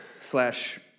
slash